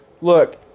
look